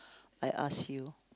I ask you